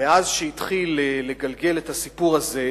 מאז התחיל לגלגל את הסיפור הזה,